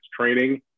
training